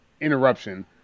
interruption